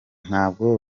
ntabwo